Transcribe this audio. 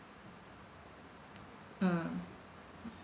mm